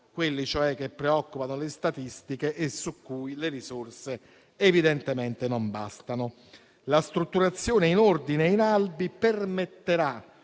quelli cioè che preoccupano le statistiche e su cui le risorse evidentemente non bastano. La strutturazione in ordini e in albi permetterà